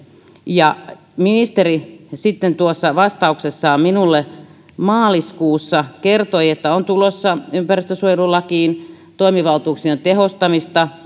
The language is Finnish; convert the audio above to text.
ministeri sitten tuossa vastauksessaan minulle maaliskuussa kertoi että on tulossa ympäristönsuojelulakiin toimivaltuuksien tehostamista